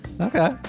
Okay